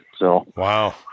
Wow